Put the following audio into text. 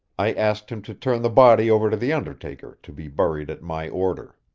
i asked him to turn the body over to the undertaker to be buried at my order.